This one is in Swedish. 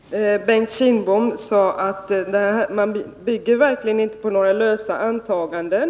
Fru talman! Bengt Kindbom sade att man verkligen inte byggde på några lösa antaganden.